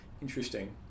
Interesting